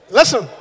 listen